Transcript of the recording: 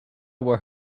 were